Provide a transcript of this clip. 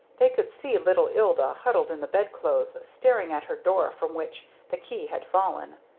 they could see little ilda, huddled in the bedclothes, staring at her door from which the key had fallen.